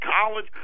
college